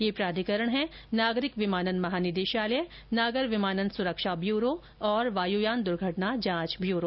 यह प्राधिकरण हैं नागरिक विमानन महानिदेशालय नागर विमानन सुरक्षा ब्यूरो और वायुयान दुर्घटना जांच ब्यूरो